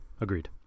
agreed